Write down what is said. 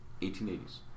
1880s